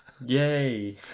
Yay